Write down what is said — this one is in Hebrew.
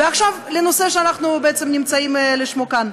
ועכשיו לנושא שלשמו אנחנו נמצאים כאן: